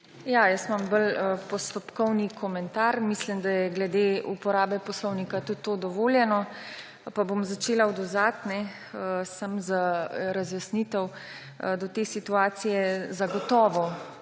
Jaz imam bolj postopkovni komentar. Mislim, da je glede uporabe poslovnika tudi to dovoljeno. Pa bom začela od zadaj. Samo za razjasnitev. Do te situacije zagotovo